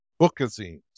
bookazines